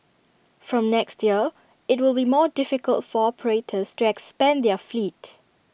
from next year IT will be more difficult for operators to expand their fleet